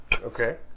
Okay